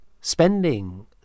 spending